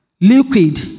liquid